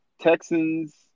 Texans